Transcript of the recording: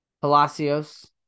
Palacios